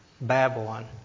Babylon